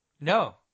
No